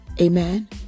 Amen